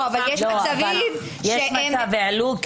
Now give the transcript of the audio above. --- העלו,